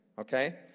okay